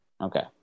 Okay